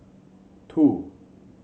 two